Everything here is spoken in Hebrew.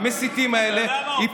המסיתים האלה,